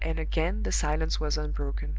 and again the silence was unbroken.